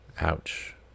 Ouch